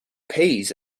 peas